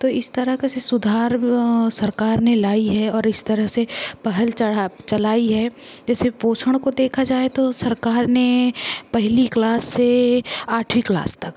तो इस तरीक़े से सुधार सरकार ने लाई है और इस तरह से पहल चढ़ा चलाई है जैसे पोषण को देखी जाए तो सरकार ने पहली क्लास से आठवीं क्लास तक